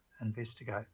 investigate